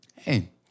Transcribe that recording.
Hey